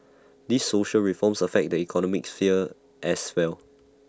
these social reforms affect the economic sphere as well